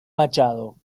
machado